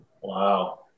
Wow